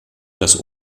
das